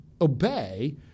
obey